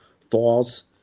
falls